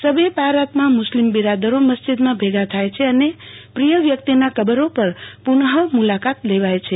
શબ એ બારાતમાં મુસ્લિમ બિરાદરો મસ્જિદમાં ભેગા થાય છે અને પ્રિય વ્યક્તિના કબરો પર પુનઃ મુલાકાત લેવાય છે